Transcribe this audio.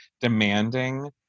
demanding